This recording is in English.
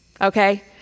okay